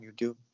YouTube